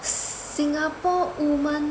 Singapore woman